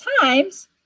times